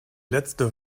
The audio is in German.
letzte